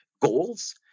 goals